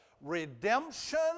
redemption